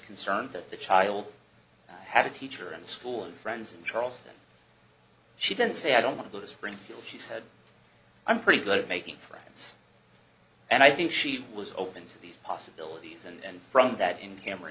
concerned that the child had a teacher in the school and friends in charleston she didn't say i don't want to go to springfield she said i'm pretty good at making friends and i think she was open to the possibilities and then from that in camera